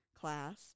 class